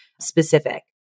specific